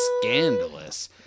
scandalous